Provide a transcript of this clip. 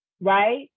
right